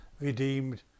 redeemed